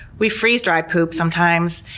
we freeze-dry poo sometimes,